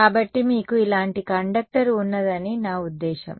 కాబట్టి మీకు ఇలాంటి కండక్టర్ ఉన్నదని నా ఉద్దేశ్యం